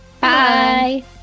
Bye